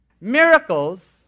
Miracles